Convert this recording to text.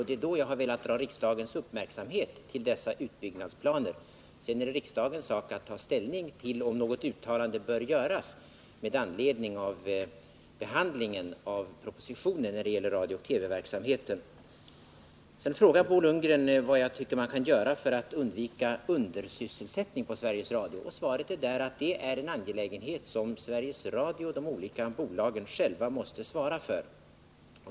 Det är därför jag har velat dra riksdagens uppmärksamhet till dessa utbyggnadsplaner. Därefter är det riksdagens sak att ta ställning till om något uttalande bör göras med anledning av behandlingen av propositionen när det gäller radiooch TV-verksamheten. Sedan frågar Bo Lundgren vad jag tycker man kan göra för att undvika undersysselsättning på Sveriges Radio. Svaret är att det är en angelägenhet som Sveriges Radio och de olika bolagen själva måste svara för.